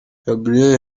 gabriel